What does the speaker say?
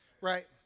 right